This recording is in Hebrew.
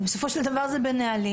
בסופו של דבר זה בנהלים,